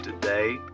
today